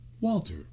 Walter